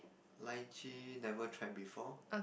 lychee never tried before